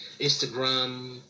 Instagram